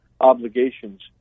obligations